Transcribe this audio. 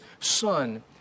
son